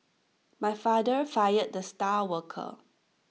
my father fired the star worker